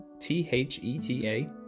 T-H-E-T-A